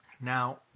Now